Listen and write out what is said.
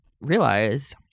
realize